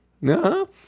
no